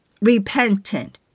repentant